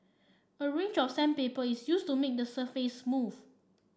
a range of sandpaper is used to make the surface smooth